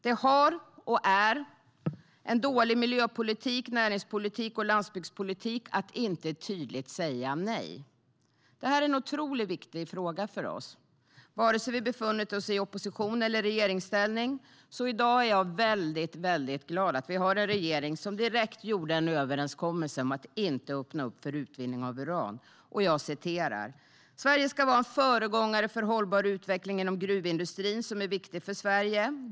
Det har varit och är en dålig miljöpolitik, näringspolitik och landsbygdspolitik att inte tydligt säga nej. Det här är och har varit en otroligt viktig fråga för oss, oavsett om vi befunnit oss i opposition eller regeringsställning. I dag är jag väldigt glad över att vi har en regering som direkt gjorde en överenskommelse om att inte öppna upp för utvinning av uran. Man sa: "Sverige ska vara en föregångare för en hållbar utveckling inom gruvindustrin, som är viktig för Sverige.